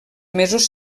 mesos